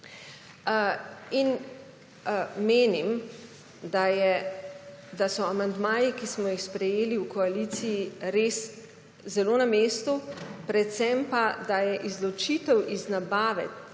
in menim, da so amandmaji, ki smo jih sprejeli v koaliciji, res zelo na mestu, predvsem pa, da je izločitev iz nabave,